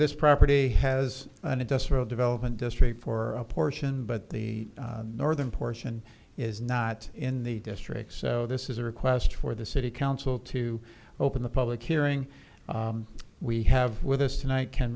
this property has an industrial development district for a portion but the northern portion is not in the district so this is a request for the city council to open the public hearing we have with us tonight can